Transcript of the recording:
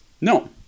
No